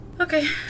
Okay